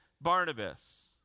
Barnabas